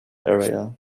area